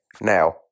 Now